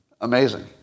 Amazing